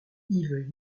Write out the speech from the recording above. yves